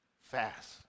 Fast